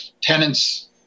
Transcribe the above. tenants